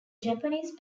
japanese